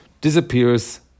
disappears